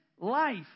life